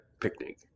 picnic